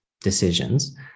decisions